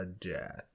Death